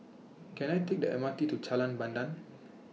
Can I Take The M R T to Jalan Pandan